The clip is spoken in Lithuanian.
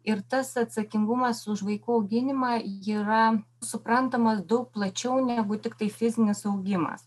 ir tas atsakingumas už vaikų auginimą yra suprantamas daug plačiau negu tiktai fizinis augimas